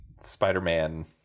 Spider-Man